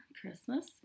Christmas